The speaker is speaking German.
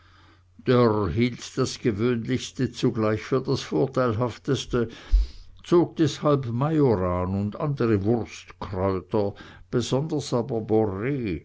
das gewöhnlichste zugleich für das vorteilhafteste zog deshalb majoran und andere wurstkräuter besonders aber